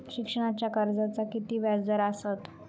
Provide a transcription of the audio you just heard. शिक्षणाच्या कर्जाचा किती व्याजदर असात?